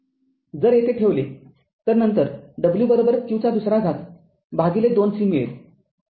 जर येथे ठेवले तर नंतर w q २ भागिले २ c मिळेल